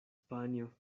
panjo